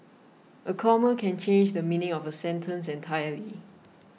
a comma can change the meaning of a sentence entirely